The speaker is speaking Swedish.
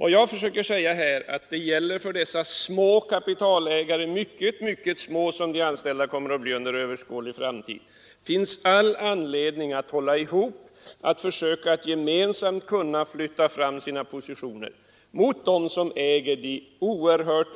Vad jag försöker säga är att det för dessa mycket små kapitalägare — det är nämligen mycket små ägare som de anställda kommer att bli under överskådlig framtid — finns all anledning att hålla ihop, att gemensamt försöka flytta fram sina positioner, gentemot dem som äger de